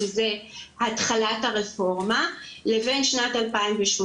שזה התחלת הרפורמה, לבין שנת 2018,